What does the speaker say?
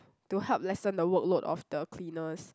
to help lessen the workload of the cleaners